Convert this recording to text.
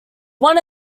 one